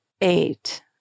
Eight